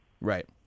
Right